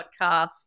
podcast